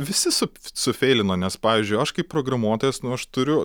visi su sufeilino nes pavyzdžiui aš kaip programuotojas nu aš turiu